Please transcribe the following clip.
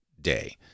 day